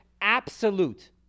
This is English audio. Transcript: absolute